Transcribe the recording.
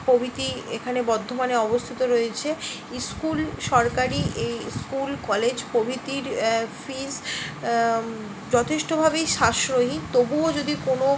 প্রভৃতি এখানে বর্ধমানে অবস্থিত রয়েছে স্কুল সরকারি স্কুল কলেজ প্রভৃতির ফিজ যথেষ্টভাবেই সাশ্রয়ী তবুও যদি কোনো